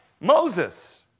Moses